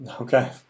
Okay